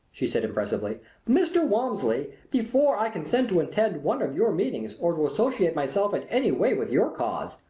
she said impressively mr. walmsley, before i consent to attend one of your meetings or to associate myself in any way with your cause,